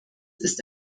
ist